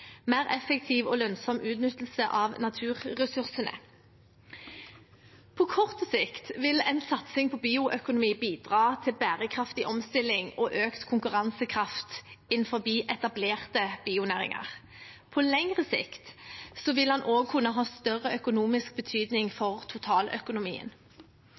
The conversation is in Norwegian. mer effektiv og lønnsom utnyttelse av naturressursene. På kort sikt vil en satsing på bioøkonomi bidra til bærekraftig omstilling og økt konkurransekraft innenfor etablerte bionæringer. På lengre sikt vil den også kunne ha større økonomisk betydning